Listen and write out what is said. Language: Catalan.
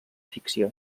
ficció